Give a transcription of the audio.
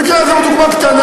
המקרה הזה הוא דוגמה קטנה.